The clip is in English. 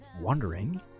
wondering